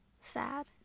Sad